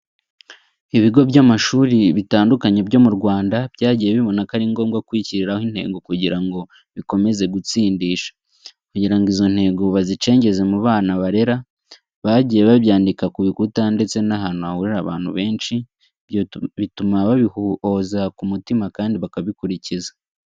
Ibigo by'amashuri bitandukanye byo mu Rwanda byagiye bibona ko ari ngombwa kwishyiriraho intego kugira ngo bikomeze gutsindisha. Kugira ngo izo ntego bazicengeze mu bana barera, bagiye babyandika ku bikuta ndetse n'ahantu hahurira abana benshi. Ibyo bituma babihoza ku mutima kandi bakabikurikiza.